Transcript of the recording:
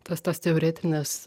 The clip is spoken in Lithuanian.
tas tas teoretines